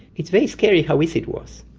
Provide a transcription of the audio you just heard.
it's very scary how easy it was,